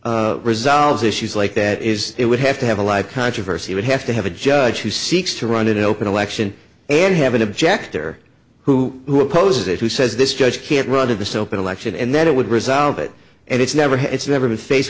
resolves issues like that is it would have to have a live controversy would have to have a judge who seeks to run an open election and have an object there who who opposes it who says this judge can't run of the soap an election and then it would resolve it and it's never it's never been faced